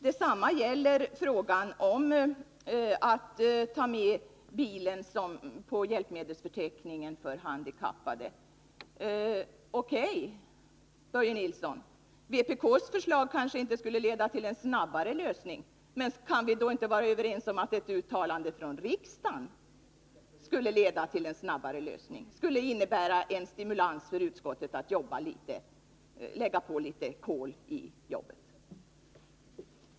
Detsamma gäller frågan om att ta med bilen på förteckningen över hjälpmedel för handikappade. O.K., Börje Nilsson, vpk:s förslag kanske inte skulle leda till någon snabbare lösning. Men kan vi då inte vara överens om att ett uttalande från riksdagen skulle leda till en snabbare lösning — skulle innebära en stimulans Nr 22 för utredningen att lägga på ett extra kol i jobbet?